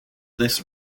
this